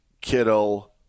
Kittle